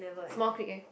small clique leh